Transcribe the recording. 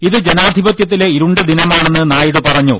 ഇത് ജനാധിപത്യത്തിലെ ഇരുണ്ട ദിനമാണെന്ന് നായിഡു പറഞ്ഞു